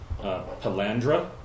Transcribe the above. Palandra